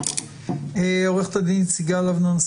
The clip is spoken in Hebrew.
כחול-לבן,